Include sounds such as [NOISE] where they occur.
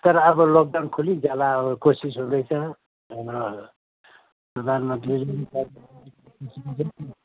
तर अब लकडाउन खोलिजाला अब कोसिस हुँदैछ प्रधानमन्त्री [UNINTELLIGIBLE]